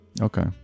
okay